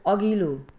अघिल्लो